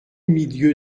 milieu